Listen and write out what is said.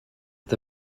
the